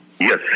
Yes